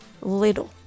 little